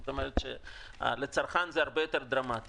זאת אומרת לצרכן זה הרבה יותר דרמטי.